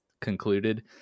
concluded